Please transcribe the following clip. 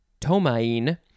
tomaine